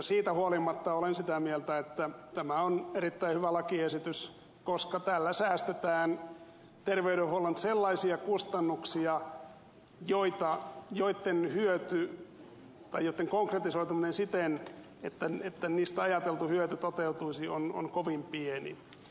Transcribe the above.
siitä huolimatta olen sitä mieltä että tämä on erittäin hyvä lakiesitys koska tällä säästetään terveydenhuollon sellaisia kustannuksia joitten konkretisoituminen siten että niistä ajateltu hyöty toteutuisi on kovin pieni